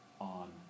on